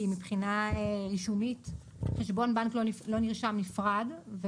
כי מבחינה רישומית חשבון בנק לא נרשם נפרד.